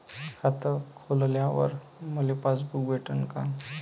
खातं खोलल्यावर मले पासबुक भेटन का?